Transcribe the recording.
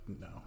no